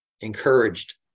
encouraged